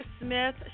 Smith